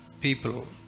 people